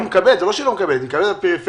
זה לא שהיא לא מקבלת אבל היא מקבלת מהפריפריה.